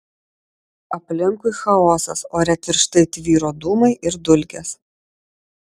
aplinkui chaosas ore tirštai tvyro dūmai ir dulkės